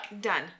Done